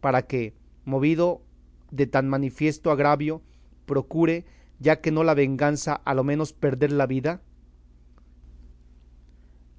para que movido de tan manifiesto agravio procure ya que no la venganza a lo menos perder la vida